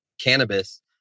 cannabis